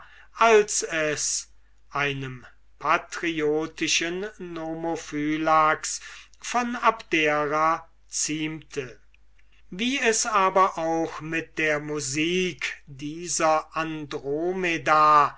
als es einen patriotischen nomophylax von abdera ziemte wie es aber auch mit der musik dieser andromeda